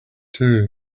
too